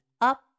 up